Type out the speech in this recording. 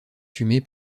fumée